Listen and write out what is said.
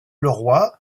leroy